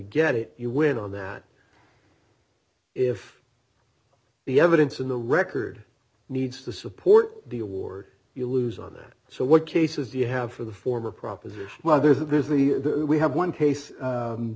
get it you win on that if the evidence in the record needs to support the award you lose on it so what cases you have for the former proposition whether there's the we have one case